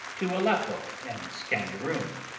to aleppo and scanderoon.